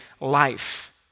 life